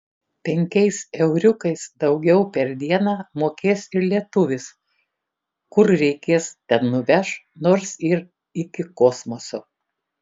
penkiais euriukais daugiau per dieną mokės ir lietuvis kur reikės ten nuveš nors ir iki kosmoso